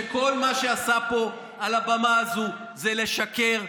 שכל מה שעשה פה על הבמה הזו זה לשקר,